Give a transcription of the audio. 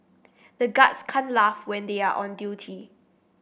the guards can't laugh when they are on duty